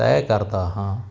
ਤੈਅ ਕਰਦਾ ਹਾਂ